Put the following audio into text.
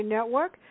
Network